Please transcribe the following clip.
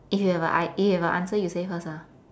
if you have a~ eh you have a answer you say first ah